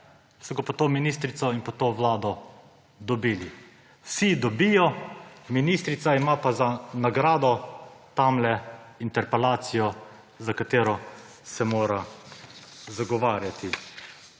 so ga pod to ministrico in to vlado dobili. Vsi dobijo, ministrica ima pa za nagrado interpelacijo in se mora zagovarjati.